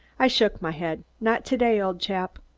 i shook my head. not to-day, old chap.